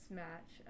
match